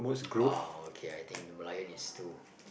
oh okay I think the Merlion is too